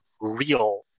real